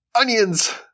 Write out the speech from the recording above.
onions